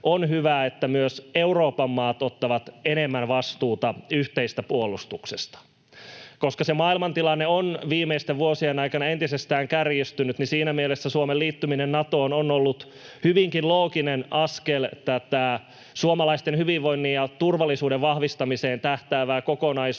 on hyvä, että myös Euroopan maat ottavat enemmän vastuuta yhteisestä puolustuksesta. Koska maailmantilanne on viimeisten vuosien aikana entisestään kärjistynyt, siinä mielessä Suomen liittyminen Natoon on ollut hyvinkin looginen askel tätä suomalaisten hyvinvoinnin ja turvallisuuden vahvistamiseen tähtäävää kokonaisuutta.